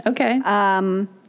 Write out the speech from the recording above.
Okay